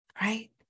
right